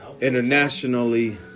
internationally